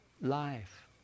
life